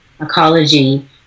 ecology